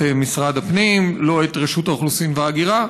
את משרד הפנים ולא את רשות האוכלוסין וההגירה,